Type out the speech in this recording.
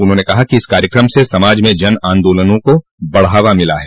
उन्होंने कहा कि इस कार्यक्रम से समाज में जन आंदोलनों को बढ़ावा मिला है